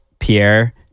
Pierre